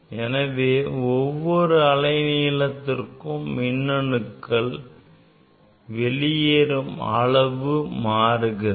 எனவே ஒவ்வொரு அலை நீளத்திற்கும் மின்னணுக்கள் வெளியேறும் அளவு மாறுகிறது